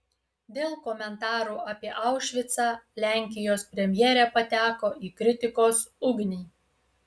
dėl komentarų apie aušvicą lenkijos premjerė pateko į kritikos ugnį